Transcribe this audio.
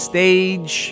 Stage